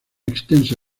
extensa